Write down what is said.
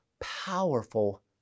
powerful